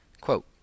Quote